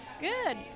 Good